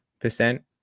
percent